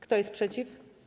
Kto jest przeciw?